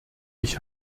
ich